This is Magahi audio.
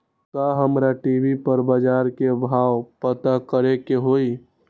का हमरा टी.वी पर बजार के भाव पता करे के होई?